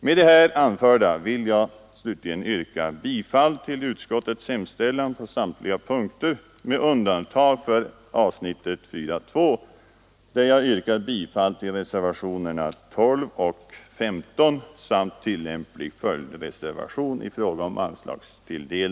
Med det anförda vill jag yrka bifall till utskottets hemställan på samtliga punkter med undantag för avsnittet 4.2, där jag yrkar bifall till